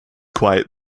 quite